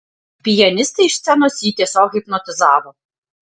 pianistė iš scenos jį tiesiog hipnotizavo